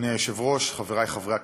אדוני היושב-ראש, חבריי חברי הכנסת,